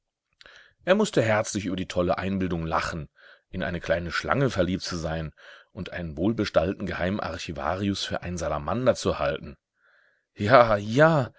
er mußte herzlich über die tolle einbildung lachen in eine kleine schlange verliebt zu sein und einen wohlbestallten geheimen archivarius für einen salamander zu halten ja ja